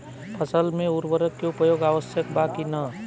फसल में उर्वरक के उपयोग आवश्यक बा कि न?